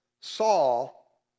Saul